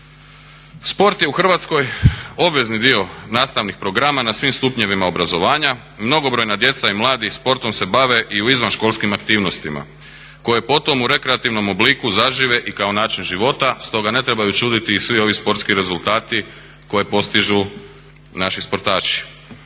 Sport je u Hrvatskoj obvezni dio nastavnih programa na svim stupnjevima obrazovanja, mnogobrojna djeca i mladi sportom se bave i u izvanškolskim aktivnostima koje potom u rekreativnom obliku zažive i kao način života stoga ne trebaju čuditi i svi ovi sportski rezultati koje postižu naši sportaši.